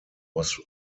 was